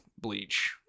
bleach